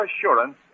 assurance